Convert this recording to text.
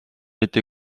été